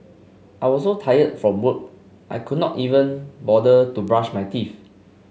I was so tired from work I could not even bother to brush my teeth